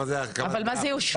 מה זה אושרו?